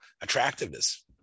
attractiveness